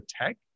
tech